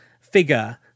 figure